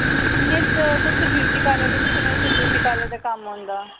तुसें ब्यूटीपार्लर में सुनेआ तुसें ब्यूटीपार्लर दा कम्म होंदा ऐ